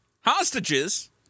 Hostages